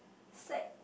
beside